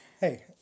Hey